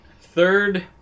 third